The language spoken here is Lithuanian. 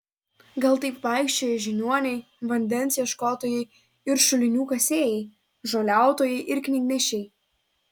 gal taip vaikščiojo žiniuoniai vandens ieškotojai ir šulinių kasėjai žoliautojai ir knygnešiai